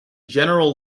general